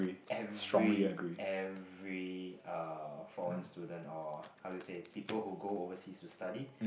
every every uh foreign student or how do you say people who go overseas to study